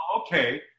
okay